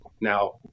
now